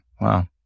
Wow